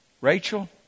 Rachel